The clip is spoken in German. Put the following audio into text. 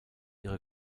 ihre